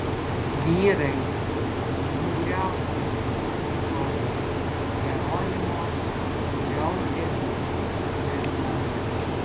vyrai nugriaukime rytoj jeronimo griauzdės svirną